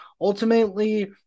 ultimately